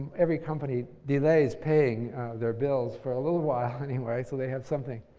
every company delays paying their bills for a little while anyway. so they had something.